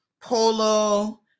Polo